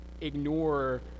ignore